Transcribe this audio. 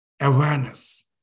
awareness